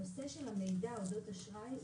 הנושא של המידע אודות אשראי,